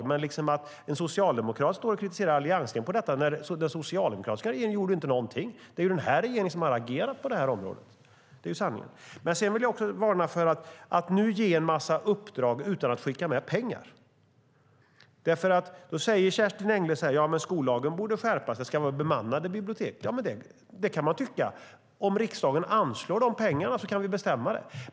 Men det är intressant att en socialdemokrat kritiserar alliansregeringen för detta när den socialdemokratiska regeringen inte gjorde någonting. Sanningen är att det är den här regeringen som har agerat på området. Jag vill också varna för att ge en massa uppdrag utan att skicka med pengar. Kerstin Engle säger att skollagen borde skärpas och att det ska vara bemannade bibliotek. Det kan man tycka. Om riksdagen anslår de pengarna kan vi bestämma det.